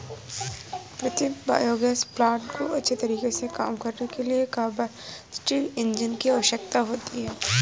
प्रीतम biogas plant को अच्छे तरीके से काम करने के लिए कंबस्टिव इंजन की आवश्यकता होती है